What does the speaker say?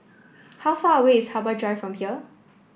how far away is Harbor Drive from here